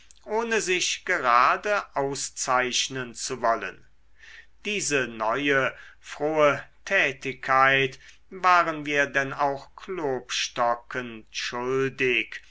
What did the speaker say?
ohne sich gerade auszeichnen zu wollen diese neue frohe tätigkeit waren wir denn auch klopstocken schuldig